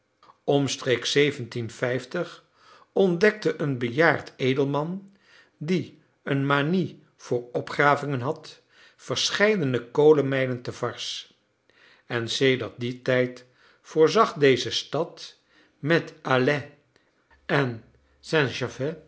omstreeks ontdekte een bejaard edelman die een manie voor opgravingen had verscheidene kolenmijnen te varses en sedert dien tijd voorzag deze stad met alais en